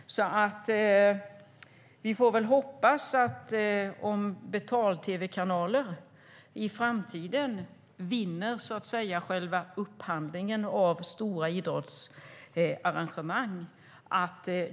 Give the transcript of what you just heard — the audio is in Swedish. Vi får hoppas att det är klart fram till dess om betal-tv-kanaler i framtiden vinner själva upphandlingen av stora idrottsarrangemang.